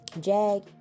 Jag